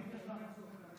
תמיד יש לך את תשומת הלב שלי.